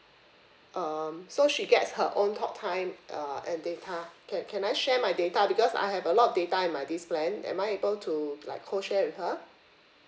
um so she gets her own talk time uh and data can can I share my data because I have a lot of data in my this plan am I able to like co share with her